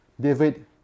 David